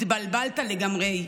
התבלבלת לגמרי,